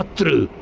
to